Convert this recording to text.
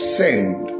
send